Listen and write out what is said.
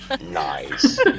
Nice